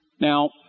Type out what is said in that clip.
Now